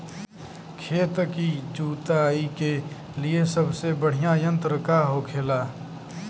खेत की जुताई के लिए सबसे बढ़ियां यंत्र का होखेला?